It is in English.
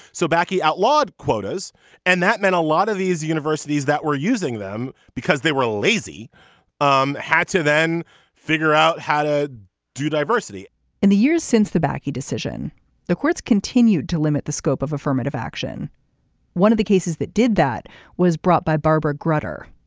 so back outlawed quotas and that meant a lot of these universities that were using them because they were lazy um had to then figure out how to do diversity in the years since the back a decision the courts continued to limit the scope of affirmative action one of the cases that did that was brought by barbara grutter.